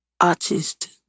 Artist